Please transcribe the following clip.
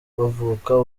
bavuka